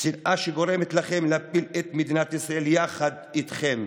שנאה שגורמת לכם להפיל את מדינת ישראל יחד איתכם.